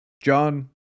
John